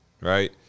right